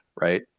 right